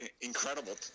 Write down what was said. incredible